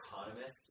economist